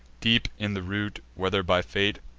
deep in the root, whether by fate,